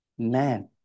Man